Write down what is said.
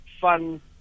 fun